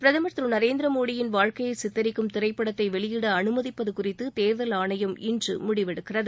பிரதமர் திரு நரேந்திர மோடியின் வாழ்க்கையை சித்தரிக்கும் திரைப்படத்தை வெளியிட அனுமதிப்பது குறித்து தேர்தல் ஆணையம் இன்று முடிவெடுகிறது